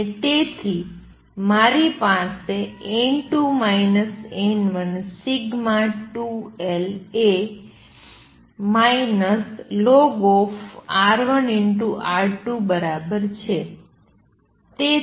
અને તેથી મારી પાસે n2 n1σ2l એ lnR1R2 બરાબર છે